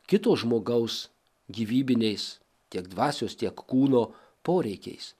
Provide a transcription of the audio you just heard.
kito žmogaus gyvybiniais tiek dvasios tiek kūno poreikiais